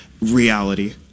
reality